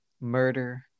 Murder